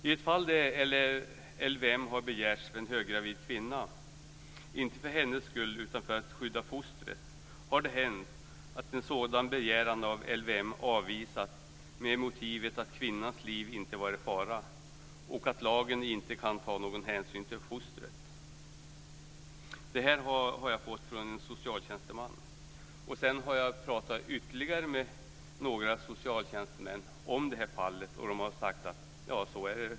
I ett fall där LVM begärts för en höggravid kvinna, inte för hennes skull utan för att skydda fostret, har det hänt att denna begäran avvisats med motivet att kvinnans liv inte varit i fara och att lagen inte kan ta någon hänsyn till fostret. Denna uppgift har jag fått från en socialtjänsteman. Sedan har jag pratat med ytterligare några socialtjänstemän om det här fallet, och de har sagt: Ja, så är det.